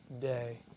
day